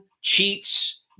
cheats